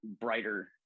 brighter